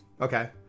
Okay